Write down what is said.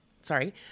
Sorry